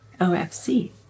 OFC